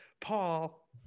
Paul